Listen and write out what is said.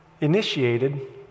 initiated